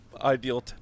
ideal